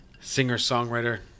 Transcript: singer-songwriter